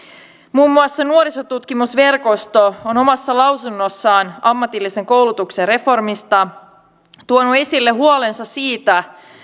muun muassa nuorisotutkimusverkosto on omassa lausunnossaan ammatillisen koulutuksen reformista tuonut esille huolensa siitä